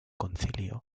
concilio